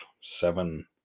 seven